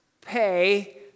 pay